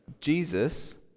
Jesus